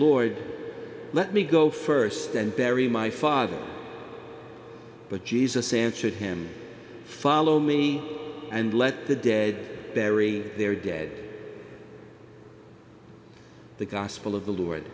lord let me go st and bury my father but jesus answered him follow me and let the dead bury their dead the gospel of the lord